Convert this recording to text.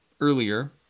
earlier